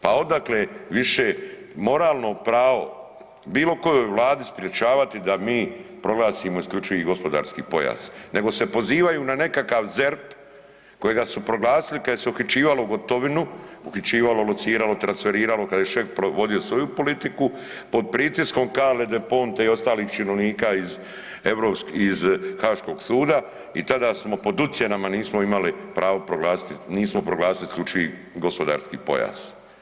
Pa odakle više moralno pravo bilo kojoj vladi sprječavati da mi proglasimo isključivi gospodarski pojas, nego se pozivaju na nekakav ZERP kojega su proglasili kada se uhićivalo Gotovinu, uhićivalo, lociralo, transferiralo kada je Šeks vodio svoju politiku pod pritiskom Carle Del Ponete i ostalih činovnika iz europskog, iz Haškog suda i tada smo pod ucjenama nismo imali pravo proglasiti, nismo proglasili isključivi gospodarski pojas.